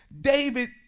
David